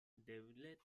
devlet